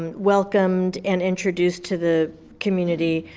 um welcomed and introduced to the community.